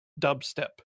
dubstep